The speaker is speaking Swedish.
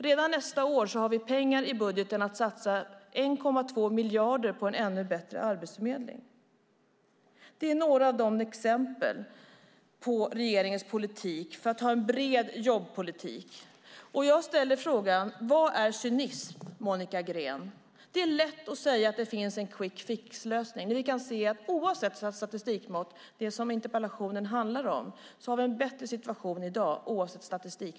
Redan nästan år har vi pengar i budgeten som innebär att vi satsar 1,2 miljarder på en ännu bättre arbetsförmedling. Det är några exempel på regeringens breda jobbpolitik. Jag ställer frågan: Vad är cynism, Monica Green? Det är lätt att säga att det finns en quick fix-lösning. Oavsett statistikmått, det som interpellationen handlar om, har vi en bättre situation i dag.